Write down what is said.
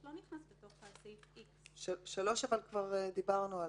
הוא לא נכנס לתוך הסעיף X. אבל כבר דיברנו עליו,